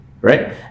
right